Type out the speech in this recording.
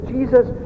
Jesus